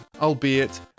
albeit